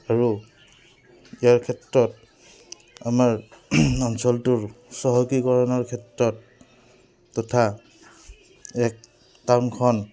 আৰু ইয়াৰ ক্ষেত্ৰত আমাৰ অঞ্চলটোৰ চহকীকৰণৰ ক্ষেত্ৰত তথা এক টাউনখন